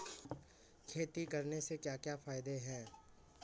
खेती करने से क्या क्या फायदे हैं?